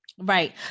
Right